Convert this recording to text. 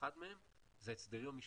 אחד מהם זה ההסדרים המשפטיים,